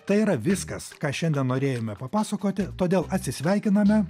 tai yra viskas ką šiandien norėjome papasakoti todėl atsisveikiname